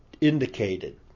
indicated